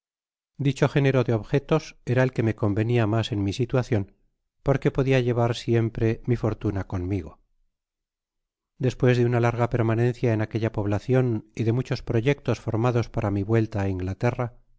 dicho género de objetos era el que me convenia mas en mi situacion porque podia llevar siompre mi fortuna conmigo content from google book search generated at despues de una larga permanencia en aquella pobla ciod y de muchos proyectos formados para mi vuelta á iüglaterra